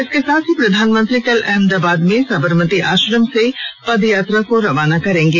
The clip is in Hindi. इसके साथ ही प्रधानमंत्री कल अहमदाबाद में साबरमती आश्रम से पदयात्रा को रवाना करेंगे